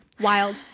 Wild